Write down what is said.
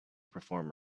perform